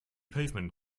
pavement